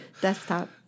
Desktop